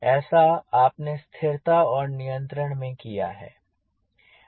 ऐसा आपने स्थिरता और नियंत्रण में किया है